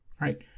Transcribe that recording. right